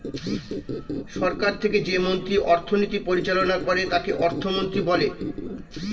সরকার থেকে যে মন্ত্রী অর্থনীতি পরিচালনা করে তাকে অর্থমন্ত্রী বলে